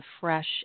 fresh